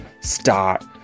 start